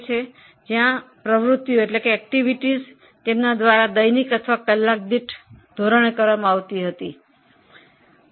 તેમના દ્વારા કયા પ્રકારની પ્રવૃત્તિઓ દરરોજ અથવા દર કલાકે થાય છે